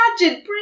Imagine